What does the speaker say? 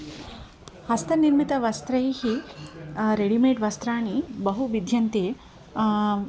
हस्तनिर्मितवस्त्रैः ready made वस्त्राणि बहुभिध्यन्ते